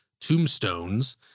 tombstones